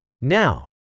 Now